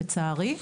לצערי.